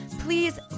Please